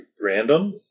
random